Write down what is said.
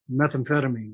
methamphetamine